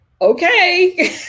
okay